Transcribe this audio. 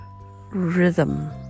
rhythm